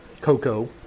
cocoa